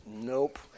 nope